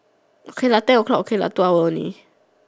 okay lah ten o'clock okay lah two hours only